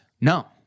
No